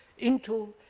into